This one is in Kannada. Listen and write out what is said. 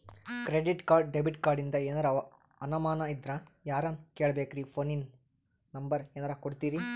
ಕ್ರೆಡಿಟ್ ಕಾರ್ಡ, ಡೆಬಿಟ ಕಾರ್ಡಿಂದ ಏನರ ಅನಮಾನ ಇದ್ರ ಯಾರನ್ ಕೇಳಬೇಕ್ರೀ, ಫೋನಿನ ನಂಬರ ಏನರ ಕೊಡ್ತೀರಿ?